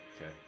Okay